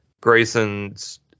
Grayson's